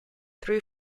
three